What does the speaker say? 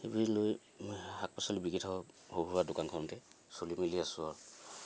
সেইবুলি লৈ শাক পাচলি বিকি থকা দোকানখনতে চলি মেলি আছোঁ আৰু